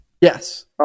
Yes